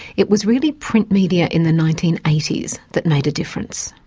it was really print media in the nineteen eighty s that made a difference.